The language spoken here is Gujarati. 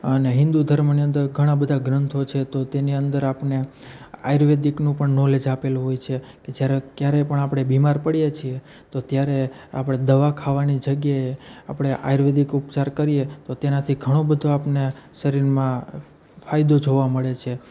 અને હિન્દુ ધર્મની અંદર ઘણાં બધાં ગ્રંથો છે તો તેની અંદર આપણને આયુર્વેદિકનું પણ નોલેજ આપેલું હોય છે કે જ્યારે ક્યારે પણ આપણે બીમાર પડીએ છીએ તો ત્યારે આપણે દવા ખાવાની જગ્યાએ આપણે આયુર્વેદિક ઉપચાર કરીએ તો તેનાથી ઘણોબધો આપને શરીરમાં ફાયદો જોવા મળે છે